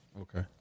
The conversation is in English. Okay